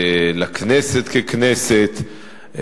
לכנסת ככנסת,